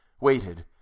Waited